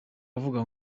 avuga